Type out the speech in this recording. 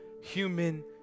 human